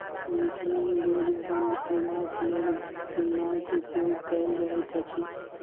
मिथिला मे बोझ बन्हबाक लेल जुन्नाक उपयोग कयल जाइत अछि